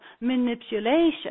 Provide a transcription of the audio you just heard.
manipulation